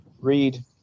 read